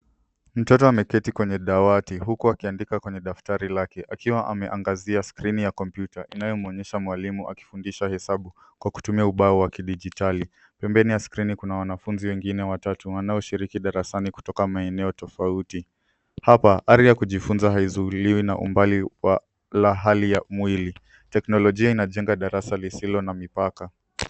Mtoto ameketi wenye dawati huku akiandika kwenye daftari lake akiwa ameangazia skrini ya kompyuta, inayomwonyesha mwalimu akifundsha hesabu kwa kutumia ubao wa kidijitali. Pembeni ya skrini, kuna wanafunzi wengine watatu wanaoshiriki darasani kutoka maeneo tofauti. Hapa ari ya kujifunza haizuiliwi na umbali wa mwili. Teknolojia inajenga darasa lisilo na mipaka.